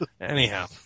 Anyhow